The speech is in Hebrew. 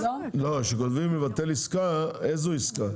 כשאומרים לבטל עסקה, השאלה היא איזו עסקה.